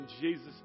Jesus